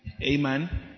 Amen